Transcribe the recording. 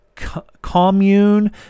Commune